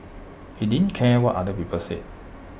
he didn't care what other people said